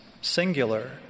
singular